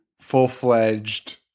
full-fledged